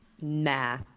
nah